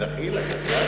דחילק.